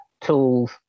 tools